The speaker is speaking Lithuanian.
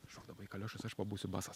šok dabar į kaliošus aš pabūsiu basas